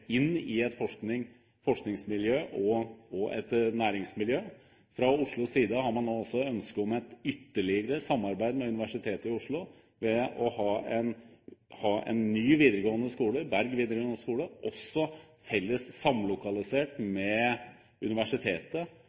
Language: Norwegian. inn i et forskningsmiljø og et næringsmiljø. Fra Oslos side har man nå også ønske om ytterligere samarbeid med Universitetet i Oslo ved å ha en ny videregående skole, Berg videregående skole, også samlokalisert med universitetet